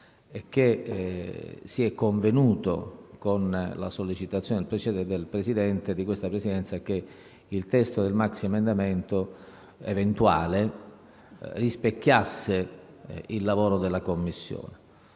e che si è convenuto con la sollecitazione di questa Presidenza sul fatto che il testo del maxiemendamento eventuale rispecchiasse il lavoro della Commissione.